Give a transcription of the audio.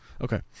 Okay